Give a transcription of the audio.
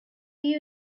you